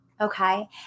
okay